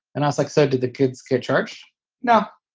and i was like said, did the kids get charge now?